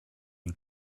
you